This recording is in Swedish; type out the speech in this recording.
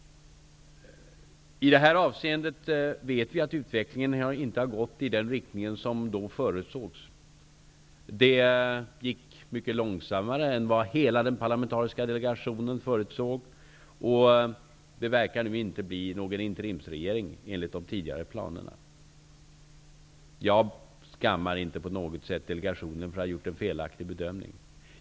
I det här avseendet vet vi att utvecklingen inte har gått i den riktning som då förutsågs. Det gick mycket långsammare än vad hela den parlamentariska delegationen förutsåg. Det verkar nu inte bli någon interimsregering enligt de tidigare planerna. Jag ''skammar'' inte på något sätt delegationen för att ha gjort en felaktig bedömning.